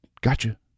gotcha